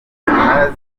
z’imari